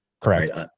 Correct